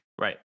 Right